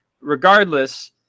Regardless